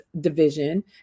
division